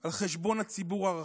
על חשבון הציבור הרחב.